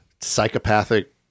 Psychopathic